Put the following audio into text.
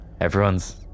Everyone's